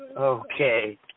Okay